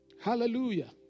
Hallelujah